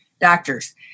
doctors